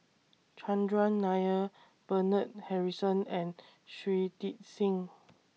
Chandran Nair Bernard Harrison and Shui Tit Sing